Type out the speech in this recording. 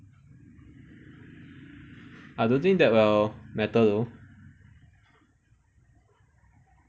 I don't think that will matter though